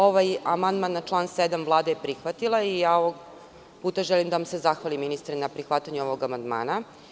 Ovaj amandman na član 7. Vlada je prihvatila i ovog puta želim da vam se zahvalim, ministre, na prihvatanju ovog amandmana.